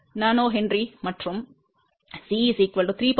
8 nH மற்றும் C 3